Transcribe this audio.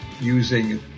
using